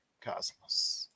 cosmos